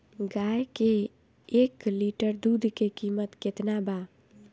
गाय के एक लिटर दूध के कीमत केतना बा?